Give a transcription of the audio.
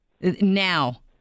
now